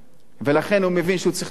ולכן הוא מבין שהוא צריך לעבוד.